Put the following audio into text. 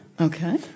okay